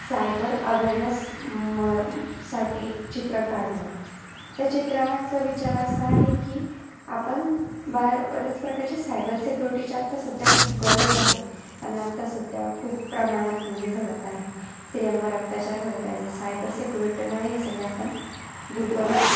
cyber awareness म साठी एक चित्र काढलं त्या चित्रणाचा विचार असा आहे की आपण बऱ्या बऱ्याच प्रकारच्या सायबर सेिक्युरिटीच्या आत्ता सध्या खूप गरज आहे कारण आत्ता सध्या खूप प्रमाणात गुन्हे घडत आहे स्त्रियांवर अत्याचार घडत आहे जर सायबर सेिक्युरिटीमुळे हे सगळे आपण दूर करू शकतो